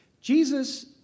Jesus